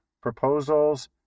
proposals